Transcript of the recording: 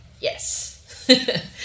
Yes